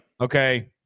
Okay